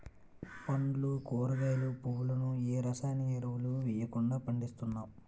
పండ్లు కూరగాయలు, పువ్వులను ఏ రసాయన ఎరువులు వెయ్యకుండా పండిస్తున్నాం